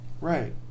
right